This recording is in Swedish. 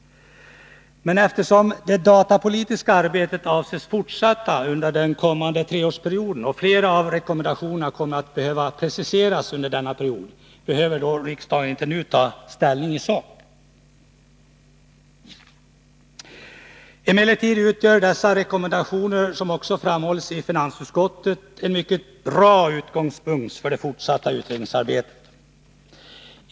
Men eftersom det datapolitiska arbetet avses fortsätta under den kommande treårsperioden och flera av rekommendationerna kommer att behöva preciseras under denna period, behöver riksdagen inte nu ta ställning i sak. Emellertid utgör dessa rekommendationer, som också framhålls i finansutskottets betänkande, en mycket bra utgångspunkt för det fortsatta utredningsarbetet.